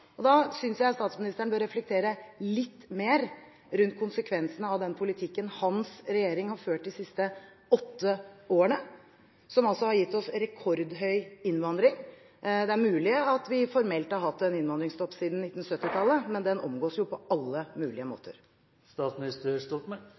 Da synes jeg at statsministeren bør reflektere litt mer rundt konsekvensene av den politikken hans regjering har ført de siste åtte årene – som altså har gitt oss rekordhøy innvandring. Det er mulig at vi formelt har hatt en innvandringsstopp siden 1970-tallet, men den omgås jo på alle mulige